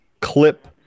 clip